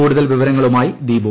കൂടുതൽ വിവരങ്ങളുമായി ദീപു